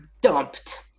dumped